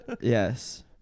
Yes